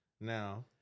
Now